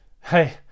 Hey